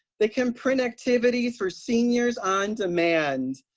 they can print activities for seniors on demand.